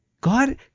God